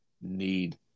need